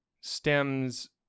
stems